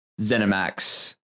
Zenimax